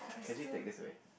can you take this away